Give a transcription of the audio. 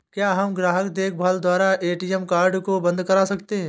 क्या हम ग्राहक देखभाल द्वारा ए.टी.एम कार्ड को बंद करा सकते हैं?